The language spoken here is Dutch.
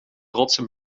rotsen